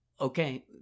Okay